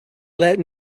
let